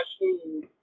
food